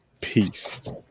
Peace